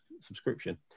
subscription